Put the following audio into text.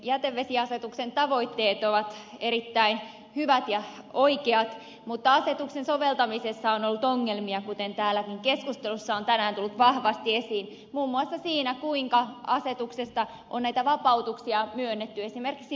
jätevesiasetuksen tavoitteet ovat erittäin hyvät ja oikeat mutta asetuksen soveltamisessa on ollut ongelmia kuten täälläkin keskustelussa on tänään tullut vahvasti esiin muun muassa siinä kuinka asetuksesta on näitä vapautuksia myönnetty esimerkiksi pienituloisimpien osalta